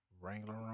Wrangler